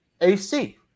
ac